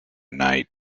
night